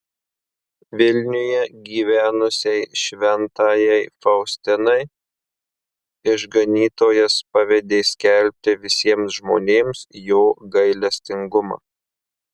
vilniuje gyvenusiai šventajai faustinai išganytojas pavedė skelbti visiems žmonėms jo gailestingumą